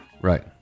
Right